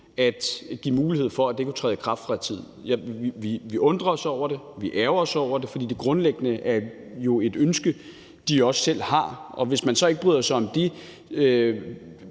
at give mulighed for, at det kunne træde i kraft rettidigt. Vi undrer os over det, vi ærgrer os over det, fordi det grundlæggende er et ønske, de også selv har, og hvis man så ikke bryder sig om de